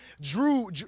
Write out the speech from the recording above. drew